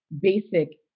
basic